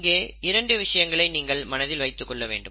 இங்கே இரண்டு விஷயங்களை நீங்கள் மனதில் வைத்துக் கொள்ள வேண்டும்